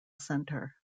center